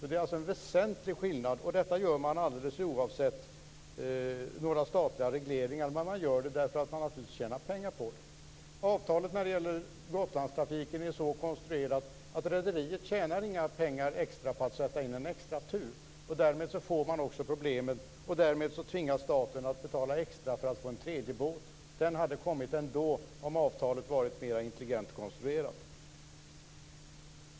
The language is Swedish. Det är alltså en väsentlig skillnad. Detta gör man alldeles oavsett statliga regleringar. Man gör det naturligtvis därför att man tjänar pengar på det. Avtalet är när det gäller Gotlandstrafiken så konstruerat, att rederiet inte tjänar några extra pengar på att sätta in en extra tur. Därmed får man problem, och därmed tvingas staten betala extra för att få en tredje båt. Den hade kommit ändå om avtalet hade varit mera intelligent konstruerat.